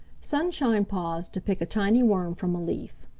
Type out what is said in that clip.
sunshine paused to pick a tiny worm from leaf.